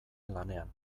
lanean